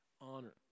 honor